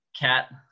cat